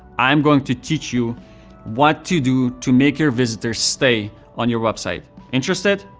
i'm going to teach you what to do to make your visitors stay on your website. interested?